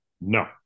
No